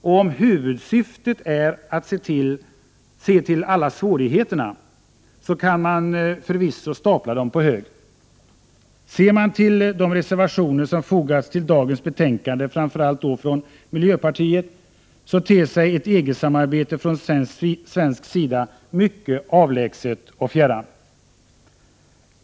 Och om huvudsyftet är att se till alla svårigheter så kan kan man förvisso stapla dem på hög. Ser man till de reservationer som fogats till dagens betänkande, framför allt från miljöpartiet, så ter sig ett EG-samarbete från svensk sida mycket avlägset och fjärran.